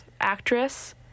actress